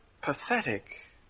pathetic